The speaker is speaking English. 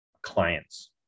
clients